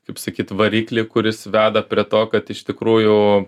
kaip sakyt variklį kuris veda prie to kad iš tikrųjų